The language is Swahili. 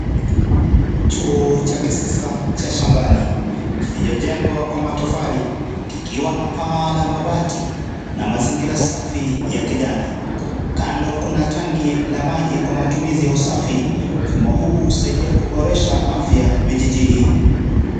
Choo cha kisasa cha shambani, kilichojengwa kwa matofali kikiwa na paa la mabati na mazingira safi ya kijani . Kando kuna tangi la maji kwa matumizi ya usafi mfumo huu husaidia kuboresha afya vijijini.